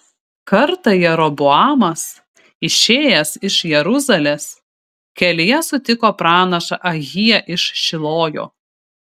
kartą jeroboamas išėjęs iš jeruzalės kelyje sutiko pranašą ahiją iš šilojo